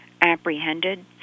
apprehended